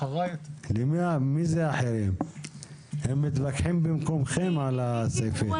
הם מתווכחים במקומכם על הסעיפים.